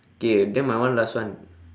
okay then my one last one